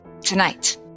tonight